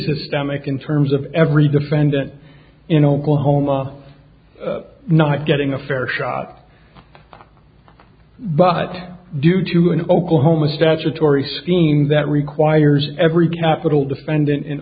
systemic in terms of every defendant in oklahoma not getting a fair shot but due to new oklahoma statutory scheme that requires every capital defendant in